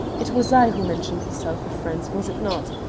it was i who mentioned the south of france, was it not?